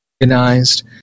organized